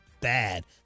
bad